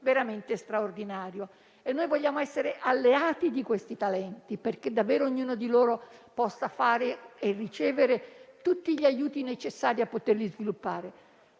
veramente straordinario e noi vogliamo essere alleati di questi talenti, perché davvero ognuno di loro possa ricevere tutti gli aiuti necessari a poterli sviluppare.